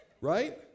Right